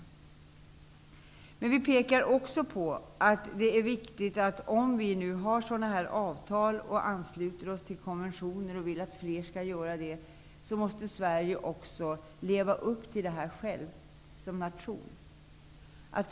Utskottsmajoriteten pekar också på att det är viktigt att Sverige, om vi träffar avtal och ansluter oss till konventioner och vill att flera skall göra det, som nation själv lever upp till detta.